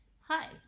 Hi